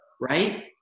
right